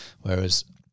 Whereas